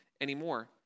anymore